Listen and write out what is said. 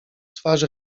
twarz